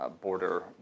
border